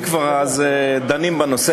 אם כבר דנים בנושא,